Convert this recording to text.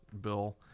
bill